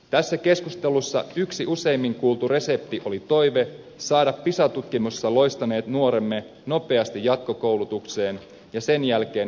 tässä keskustelussa yksi useimmin kuultu resepti oli toive saada pisa tutkimuksessa loistaneet nuoremme nopeasti jatkokoulutukseen ja sen jälkeen heti työelämään